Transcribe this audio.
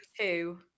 two